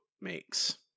makes